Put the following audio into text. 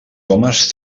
homes